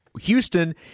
Houston